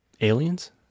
aliens